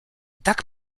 tak